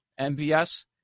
MVS